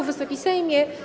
Wysoki Sejmie!